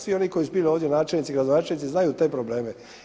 Svi oni koji su bili ovdje načelnici, gradonačelnici znaju te probleme.